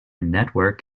network